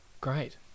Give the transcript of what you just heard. Great